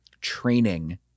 training